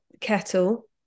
kettle